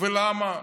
למה?